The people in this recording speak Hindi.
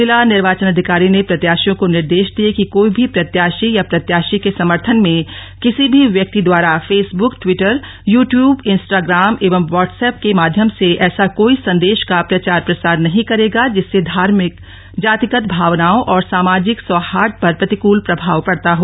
जिला निर्वाचन अधिकारी ने प्रत्याशियों को निर्देश दिए कि कोई भी प्रत्याशी या प्रत्याशी के समर्थन में किसी भी व्यक्ति द्वारा फेसब्क टवीटर यूटयूब इंस्टाग्राम एवं व्हाट्स एप के माध्यम से ऐसा कोई संदेश का प्रचार प्रसार नहीं करेगा जिससे धार्भिक जातीगत भावनाओ और सामाजिक सौहार्द पर प्रतिकूल प्रभाव पड़ता हो